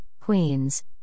Queens